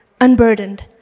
unburdened